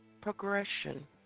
progression